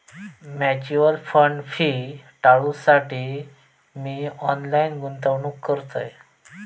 mutual fund fee टाळूच्यासाठी मी online गुंतवणूक करतय